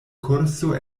kurso